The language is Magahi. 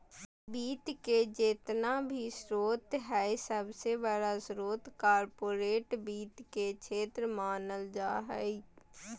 वित्त के जेतना भी स्रोत हय सबसे बडा स्रोत कार्पोरेट वित्त के क्षेत्र मानल जा हय